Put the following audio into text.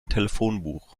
telefonbuch